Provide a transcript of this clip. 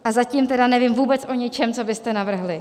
A zatím tedy nevím vůbec o ničem, co byste navrhli.